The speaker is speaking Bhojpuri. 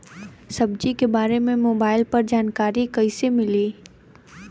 सब्जी के बारे मे मोबाइल पर जानकारी कईसे मिली?